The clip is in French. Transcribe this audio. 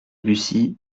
bussy